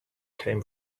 came